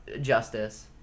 justice